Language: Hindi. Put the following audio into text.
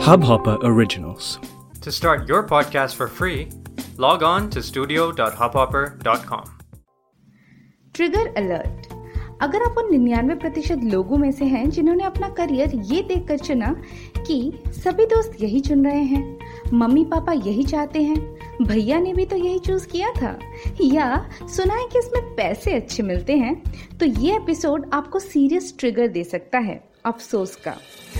Hubhopper Originals. To start your podcast for free, log on to studio.hubhopper.com. Trigger alert. अगर आप उन 99% प्रतिशत लोगों में से हैं जिन्होंने अपना करियर ये देखकर चुना कि सभी दोस्त यही चुन रहे हैं, मम्मी-पापा यही चाहते हैं, भैया ने भी तो यही choose किया था, या सुना है कि इसमें पैसे अच्छे मिलते हैं, तो ये episode आपको serious trigger दे सकता है अफसोस का।